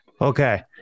Okay